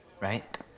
right